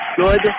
good